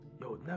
yo